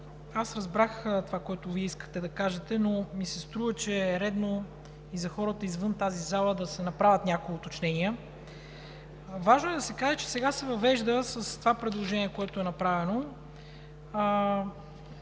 аз разбрах това, което Вие искахте да кажете, но ми се струва, че е редно и за хората извън тази зала да се направят някои уточнения. Важно е да се каже, че сега с това предложение, което е направено,